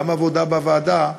גם עבודה בוועדה,